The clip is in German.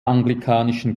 anglikanischen